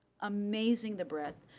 amazing, the breadth,